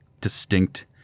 distinct